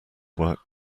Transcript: work